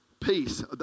peace